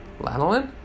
Lanolin